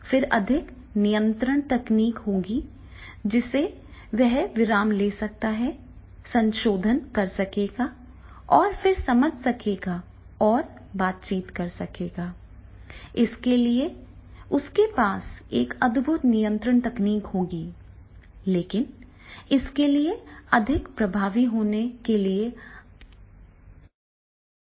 फिर अधिक नियंत्रण तकनीकें होंगी जिससे वह विराम ले सकेगा संशोधन कर सकेगा फिर से समझ सकेगा और बातचीत कर सकेगा इसलिए उसके पास एक अद्भुत नियंत्रण तकनीक होगी लेकिन इसके लिए अधिक प्रभावी होने के लिए समन्वय होना आवश्यक है